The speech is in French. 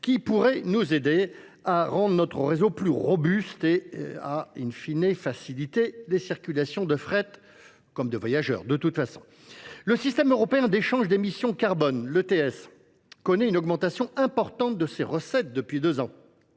qui pourrait nous aider à rendre notre réseau plus robuste et à infiner, faciliter les circulations de fret comme de voyageurs, de toute façon. Le système européen d'échange d'émissions carbone, l'ETS, connaît une augmentation importante de ses recettes depuis deux ans.